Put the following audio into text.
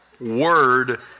word